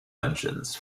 engines